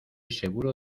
seguro